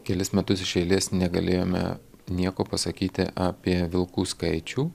kelis metus iš eilės negalėjome nieko pasakyti apie vilkų skaičių